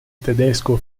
tedesco